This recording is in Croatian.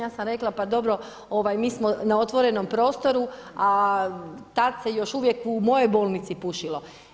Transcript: Ja sam rekla pa dobro, mi smo na otvorenom prostoru a tad se još uvijek u mojoj bolnici pušilo.